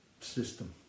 system